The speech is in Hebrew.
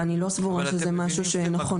אני לא סבורה שזה משהו שנכון --- אתם